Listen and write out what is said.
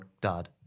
dad